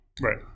Right